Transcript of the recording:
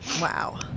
Wow